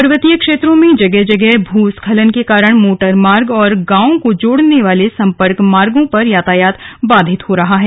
पर्वतीय क्षेत्रों में जगह जगह भूस्खलन के कारण मोटर मार्ग और गांवों को जोड़ने वाले सम्पर्क मार्गों पर यातायात बाधित हो रहा है